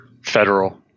Federal